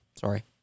sorry